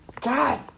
God